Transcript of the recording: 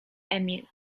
emil